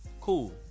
Cool